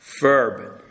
verb